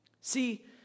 See